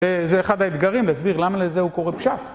זה אחד האתגרים להסביר למה לזה הוא קורא פשט.